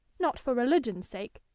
not for religion's sake,